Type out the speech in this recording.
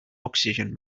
oxygen